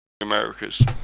Americas